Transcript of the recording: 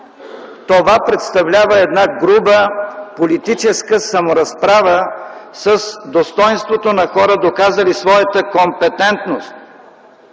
това представлява една груба политическа саморазправа с достойнството на хора, доказали своята компетентност.